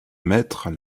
mettre